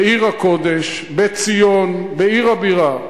בעיר הקודש, בציון, בעיר הבירה.